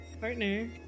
partner